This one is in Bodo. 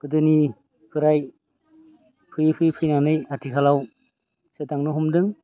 गोदोनिफ्राय फैयै फैयै फैनानै आथिखालाव सोदांनो हमदों